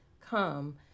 come